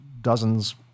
dozens